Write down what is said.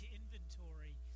inventory